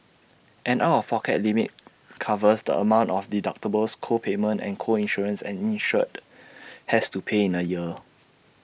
an out of pocket limit covers the amount of deductibles co payments and co insurance an insured has to pay in A year